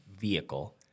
vehicle